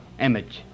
image